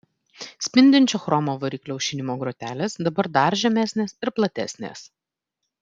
spindinčio chromo variklio aušinimo grotelės dabar dar žemesnės ir platesnės